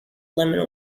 lemon